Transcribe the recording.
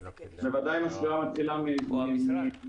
בוודאי אם הספירה מתחילה מהיום.